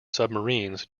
submarines